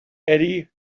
eddy